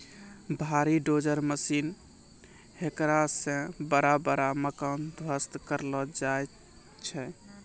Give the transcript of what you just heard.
भारी dozer machine हेकरा से बड़ा बड़ा मकान ध्वस्त करलो जाय छै